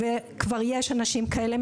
וכבר יש אנשים כאלה,